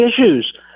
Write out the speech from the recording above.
issues